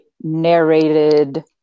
narrated